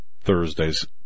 Thursday's